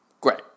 Great